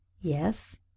Yes